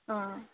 ఆ